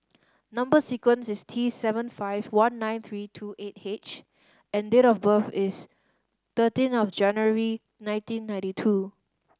number sequence is T seven five one nine three two eight H and date of birth is thirteen of January nineteen ninety two